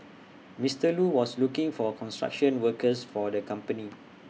Mister Lu was looking for construction workers for the company